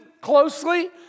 closely